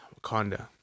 Wakanda